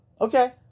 Okay